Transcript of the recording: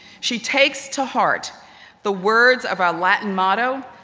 she takes to heart the words of our latin motto,